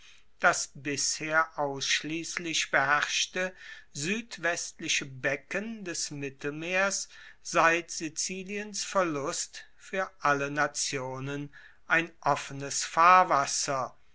das bisher ausschliesslich beherrschte suedwestliche becken des mittelmeers seit siziliens verlust fuer alle nationen ein offenes fahrwasser